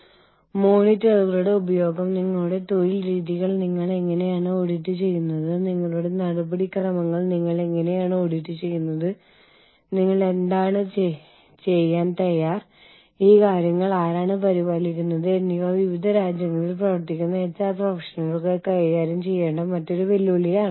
എല്ലാ human resource management പ്രവർത്തനങ്ങളുടെയും പഠനവും പ്രയോഗവുമാണ് IHRM കാരണം അവ മാനവവിഭവശേഷി സംരംഭങ്ങളിൽ ആഗോള പരിതസ്ഥിതിയിൽ മാനേജുമെന്റ് പ്രക്രിയയെ സ്വാധീനിക്കുന്നു